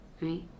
right